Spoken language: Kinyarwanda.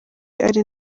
ari